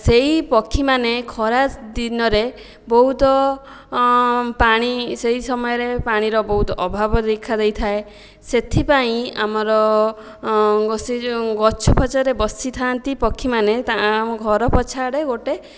ସେହି ପକ୍ଷୀମାନେ ଖରା ଦିନରେ ବହୁତ ପାଣି ସେହି ସମୟରେ ପାଣିର ବହୁତ ଅଭାବ ଦେଖାଯାଇଥାଏ ସେଥିପାଇଁ ଆମର ସେ ଯେଉଁ ଗଛଫଛରେ ବସିଥାନ୍ତି ପକ୍ଷୀମାନେ ଆମର ଘର ପଛ ଆଡ଼େ ଗୋଟିଏ